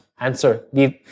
answer